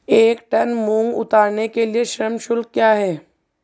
एक टन मूंग उतारने के लिए श्रम शुल्क क्या है?